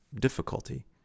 difficulty